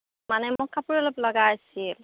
মানে মোক কাপোৰ অলপ লগা আছিল